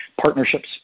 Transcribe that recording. partnerships